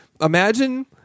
imagine